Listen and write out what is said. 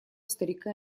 старика